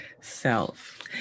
self